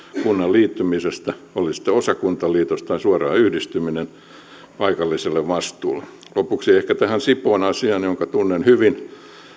kunnan liittymisestä oli se sitten osakuntaliitos tai suoraan yhdistyminen paikallisten vastuulle lopuksi ehkä tähän sipoon asiaan jonka tunnen hyvin